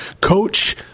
Coach